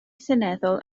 seneddol